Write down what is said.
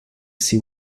see